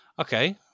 Okay